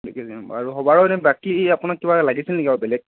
দুই কেজি মান বাৰু হ'ব বাৰু এনেই বাকী আপোনাক কিবা লাগিছিল নেকি আৰু বেলেগ